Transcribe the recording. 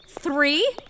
Three